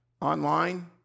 online